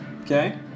Okay